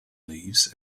leaves